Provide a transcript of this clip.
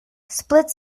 split